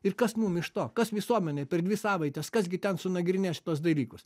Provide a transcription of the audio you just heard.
ir kas mum iš to kas visuomenei per dvi savaites kas gi ten sunagrinės šituos dalykus